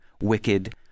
Wicked